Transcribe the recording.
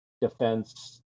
defense